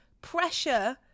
pressure